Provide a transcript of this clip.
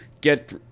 get